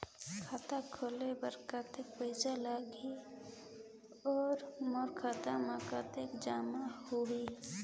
खाता खोले बर कतेक पइसा लगही? अउ मोर खाता मे कतका जमा होही?